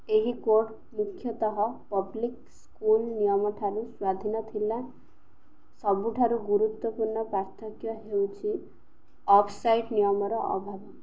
ଏହି କୋଡ଼୍ ମୁଖ୍ୟତଃ public school ନିୟମ ଠାରୁ ସ୍ୱାଧୀନ ଥିଲା ସବୁଠାରୁ ଗୁରୁତ୍ୱପୂର୍ଣ୍ଣ ପାର୍ଥକ୍ୟ ହେଉଛି ଅଫ୍ ସାଇଡ଼୍ ନିୟମର ଅଭାବ